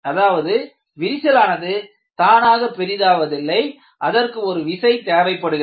அதாவது விரிசல் ஆனது தானாக பெரிதாவதில்லை அதற்கு ஒரு விசை தேவைப்படுகிறது